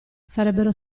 sarebbero